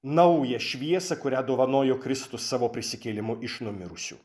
naują šviesą kurią dovanojo kristus savo prisikėlimu iš numirusių